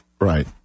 right